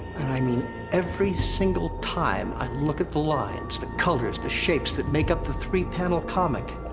and i mean every single time i look at the lines. the colors, the shapes that make up the three panel comic.